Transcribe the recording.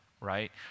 right